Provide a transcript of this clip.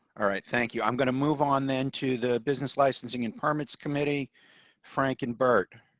thank you. i'm going to move on then to the business licensing and permits committee frank and burt